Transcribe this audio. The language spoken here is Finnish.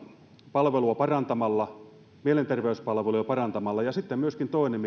palvelua parantamalla mielenterveyspalveluja parantamalla ja sitten myöskin toinen